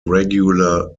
regular